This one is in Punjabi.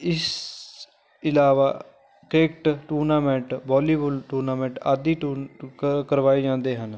ਇਸ ਇਲਾਵਾ ਕ੍ਰਿਕਟ ਟੂਰਨਾਮੈਂਟ ਬੋਲੀਬੋਲ ਟੂਰਨਾਮੈਂਟ ਆਦਿ ਟੂਰ ਕਰ ਕਰਵਾਏ ਜਾਂਦੇ ਹਨ